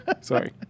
Sorry